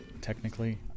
technically